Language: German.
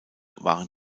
waren